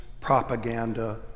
propaganda